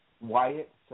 Wyatt